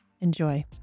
enjoy